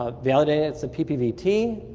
ah validated the ppvt,